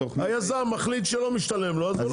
היזם מחליט שלא משתלם לו, אז הוא לא.